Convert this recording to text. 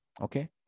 Okay